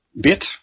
bit